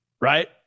right